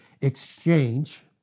exchange